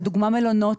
לדוגמה מלונות,